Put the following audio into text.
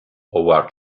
howard